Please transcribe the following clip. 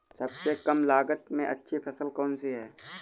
सबसे कम लागत में अच्छी फसल कौन सी है?